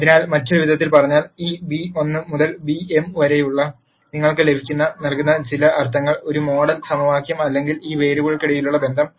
അതിനാൽ മറ്റൊരു വിധത്തിൽ പറഞ്ഞാൽ ഈ β 1 മുതൽ β m വരെ നിങ്ങൾക്ക് നൽകുന്നു ചില അർത്ഥങ്ങൾ ഒരു മോഡൽ സമവാക്യം അല്ലെങ്കിൽ ഈ വേരിയബിളുകൾക്കിടയിലുള്ള ബന്ധം